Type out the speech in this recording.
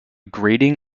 grating